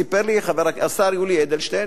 סיפר לי השר יולי אדלשטיין,